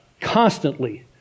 Constantly